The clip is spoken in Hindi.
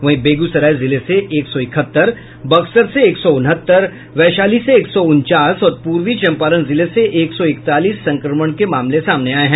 वहीं बेगूसराय जिले से एक सौ इकहत्तर बक्सर से एक सौ उनहत्तर वैशाली से एक सौ उनचास और पूर्वी चंपारण जिले से एक सौ इकतालीस संक्रमण के मामले सामने आये हैं